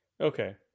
Okay